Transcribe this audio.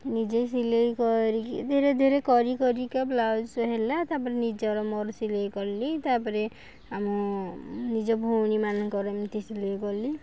ନିଜେ ସିଲେଇ କରିକି ଧୀରେ ଧୀରେ କରି କରିକା ବ୍ଲାଉଜ ହେଲା ତା'ପରେ ନିଜର ମୋର ସିଲେଇ କଲି ତା'ପରେ ଆମ ନିଜ ଭଉଣୀ ମାନଙ୍କର ଏମିତି ସିଲେଇ କଲି